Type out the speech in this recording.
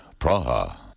Praha